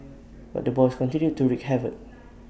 but the boys continued to wreak havoc